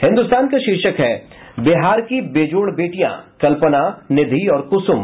हिन्दुस्तान का शीर्षक है बिहार की बेजोड़ बेटियां कल्पना निधि और कुसुम